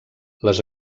les